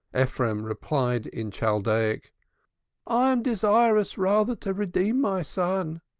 ephraim replied in chaldaic i am desirous rather to redeem my son,